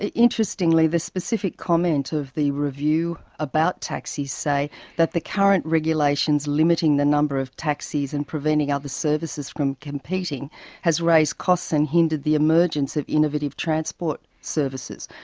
interestingly the specific comment of the review about taxis say that the current regulations limiting the number of taxis and preventing other services from competing has raised costs and hindered the emergence of innovative transport services.